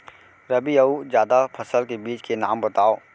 रबि अऊ जादा फसल के बीज के नाम बताव?